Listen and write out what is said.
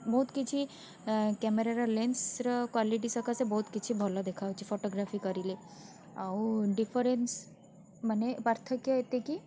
ବହୁତ କିଛି କ୍ୟାମେରାର ଲେନ୍ସର କ୍ୱାଲିଟି ସକାଶେ ବହୁତ କିଛି ଭଲ ଦେଖାଯାଉଛି ଫୋଟୋଗ୍ରାଫୀ କରିଲେ ଆଉ ଡିଫରେନ୍ସ ମାନେ ପାର୍ଥକ୍ୟ ଏତିକି